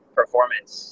performance